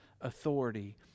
authority